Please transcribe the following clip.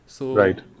Right